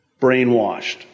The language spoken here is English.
brainwashed